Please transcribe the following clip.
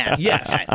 Yes